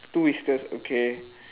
two whiskers okay